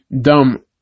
Dumb